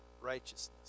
righteousness